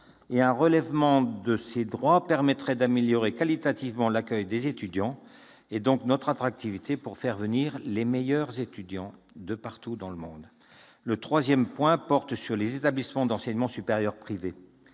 %. Un relèvement de ces droits permettrait d'améliorer qualitativement l'accueil des étudiants, donc notre attractivité pour faire venir les meilleurs étudiants du monde entier. Le troisième point porte sur les établissements d'enseignement supérieur privé.